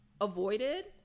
avoided